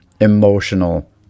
emotional